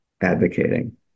advocating